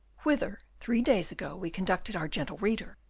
whither, three days ago, we conducted our gentle reader,